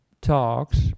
talks